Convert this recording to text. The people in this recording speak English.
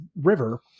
river